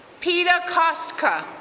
peter costco,